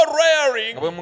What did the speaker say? rearing